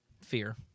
Fear